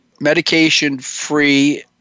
medication-free